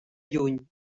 lluny